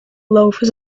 loafers